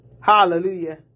Hallelujah